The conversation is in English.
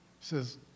says